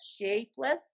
shapeless